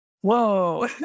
Whoa